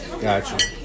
Gotcha